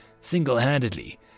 single-handedly